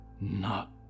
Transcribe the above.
Not